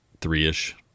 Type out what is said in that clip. three-ish